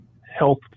health